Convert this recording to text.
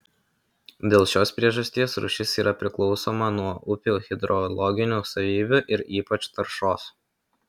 dėl šios priežasties rūšis yra priklausoma nuo upių hidrologinių savybių ir ypač taršos